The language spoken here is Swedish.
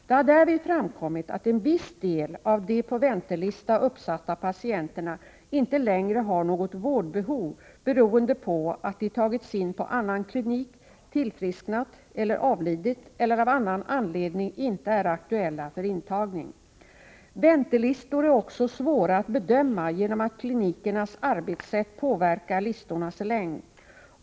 Det har därvid framkommit att en viss del av de på väntelista uppsatta patienterna inte längre har något vårdbehov beroende på att de tagits in på annan klinik, tillfrisknat eller avlidit eller av annan anledning inte är aktuella för intagning. Väntelistor är också svåra att bedöma genom att klinikernas arbetssätt påverkar listornas längd.